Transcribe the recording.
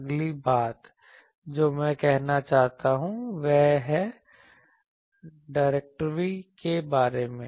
अगली बात जो मैं कहना चाहता हूं वह है डायरेक्टिविटी के बारे में